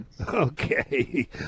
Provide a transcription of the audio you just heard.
Okay